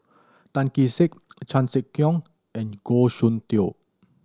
Tan Kee Sek Chan Sek Keong and Goh Soon Tioe